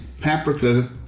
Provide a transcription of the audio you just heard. paprika